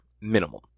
minimum